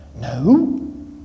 no